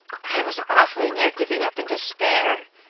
i was awfully near giving up in despair,